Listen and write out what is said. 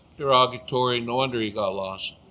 derogatory, no wonder he got lost.